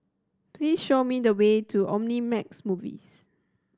please show me the way to Omnimax Movies